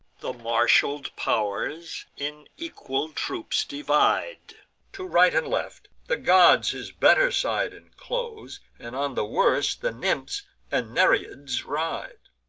the marshal'd pow'rs in equal troops divide to right and left the gods his better side inclose, and on the worse the nymphs and nereids ride.